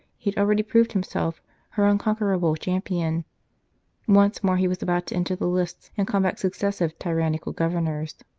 he had already proved himself her unconquerable champion once more he was about to enter the lists and combat suc cessive tyrannical governors.